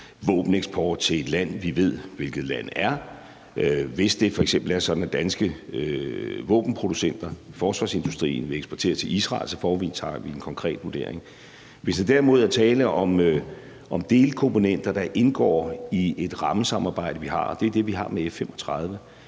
våbeneksport til et land, vi ved hvilket land er. Hvis det f.eks. er sådan, at danske våbenproducenter, forsvarsindustrien, vil eksportere til Israel, så foretager vi en konkret vurdering. Hvis der derimod er tale om delkomponenter, der indgår i et rammesamarbejde, vi har – og det er det, vi har med F-35